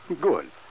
Good